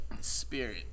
spirit